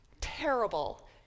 terrible